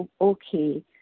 okay